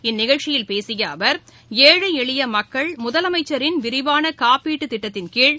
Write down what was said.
இந்நிகழ்ச்சியில் பேசியஅவா் ஏழைஎளியமக்கள் முதலமைச்சரின் விரிவானகாப்பீட்டுத் திட்டத்தின் கீழ்